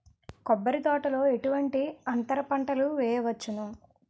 కొబ్బరి తోటలో ఎటువంటి అంతర పంటలు వేయవచ్చును?